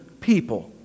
people